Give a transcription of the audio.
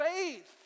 faith